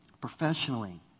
Professionally